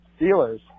Steelers